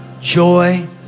joy